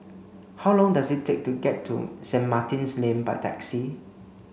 how long does it take to get to Saint Martin's Lane by taxi